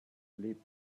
lip